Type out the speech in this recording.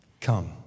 Come